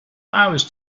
hours